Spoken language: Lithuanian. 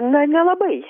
na nelabai